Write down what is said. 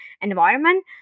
environment